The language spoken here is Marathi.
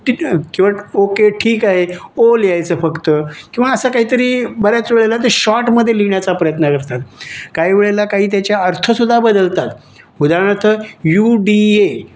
तिथं ओके ठीक आहे ओ लिहायचं फक्त किंवा असं काहीतरी बऱ्याच वेळेला ते शॉटमध्ये लिहिण्याचा प्रयत्न करतात काही वेळेला काही त्याचे अर्थसुद्धा बदलतात उदाहरणार्थ यू डी ए